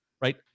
right